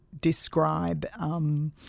describe